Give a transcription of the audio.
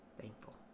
thankful